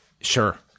Sure